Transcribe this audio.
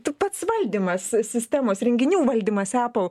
tu pats valdymas sistemos įrenginių valdymas tapo